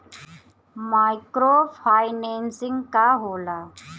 Micro financing का होला?